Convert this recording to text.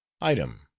item